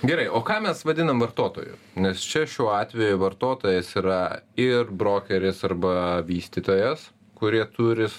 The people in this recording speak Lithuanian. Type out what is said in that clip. gerai o ką mes vadinam vartotoju nes čia šiuo atveju vartotojas yra ir brokeris arba vystytojas kurie turi s